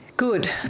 Good